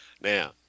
Now